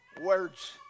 words